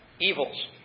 evils